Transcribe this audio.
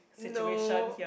no